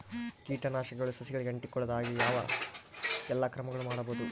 ಕೇಟನಾಶಕಗಳು ಸಸಿಗಳಿಗೆ ಅಂಟಿಕೊಳ್ಳದ ಹಾಗೆ ಯಾವ ಎಲ್ಲಾ ಕ್ರಮಗಳು ಮಾಡಬಹುದು?